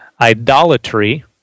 Idolatry